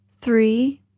three